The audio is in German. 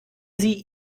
sie